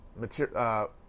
material